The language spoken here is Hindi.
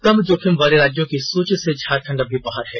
कम जोखिम वाले राज्यों की सूची से झारखंड अब भी बाहर है